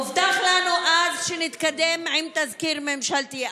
אז שנתקדם עם תזכיר ממשלתי.